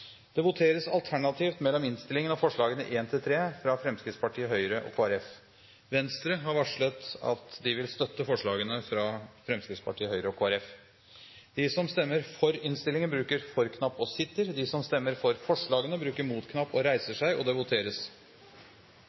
Det voteres alternativt mellom disse forslagene og komiteens innstilling. Venstre har varslet at de vil støtte forslagene. Voteringstavlene viste at det var avgitt 49 stemmer for innstillingen og 48 stemmer for forslagene.